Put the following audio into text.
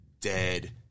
dead